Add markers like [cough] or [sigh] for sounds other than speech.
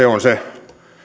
[unintelligible] on se